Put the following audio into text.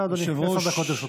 בבקשה, אדוני, עשר דקות לרשותך.